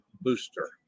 booster